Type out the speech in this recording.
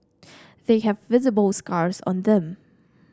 they have visible scars on them